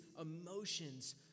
emotions